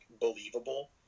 believable